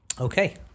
Okay